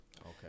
Okay